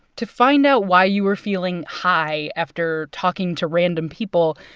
to find out why you were feeling high after talking to random people,